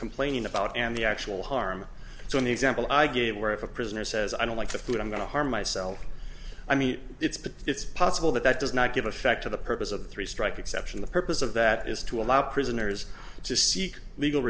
complain about and the actual harm so in the example i gave where if a prisoner says i don't like the food i'm going to harm myself i mean it's but it's possible that that does not give effect to the purpose of the three strikes exception the purpose of that is to allow prisoners to seek legal